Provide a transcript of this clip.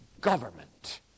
government